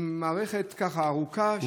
עם מערכת ככה ארוכה,